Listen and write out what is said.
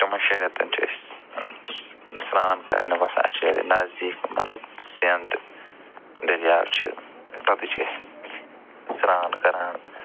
تِمَن شٮ۪ن رٮ۪تَن چھِ أسۍ سُہ سرٛان کرنہِ وَسان اَسہِ چھِ یہِ نزدیٖک مطلب سٮ۪ند دریاو چھِ تَتٕے چھِ أسۍ سرٛان کران